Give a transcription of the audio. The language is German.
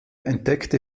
entdeckte